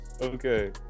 Okay